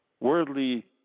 worldly